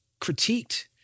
critiqued